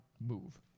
move